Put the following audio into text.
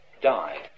died